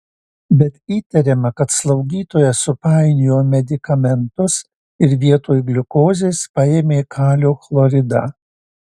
bet įtariama kad slaugytoja supainiojo medikamentus ir vietoj gliukozės paėmė kalio chloridą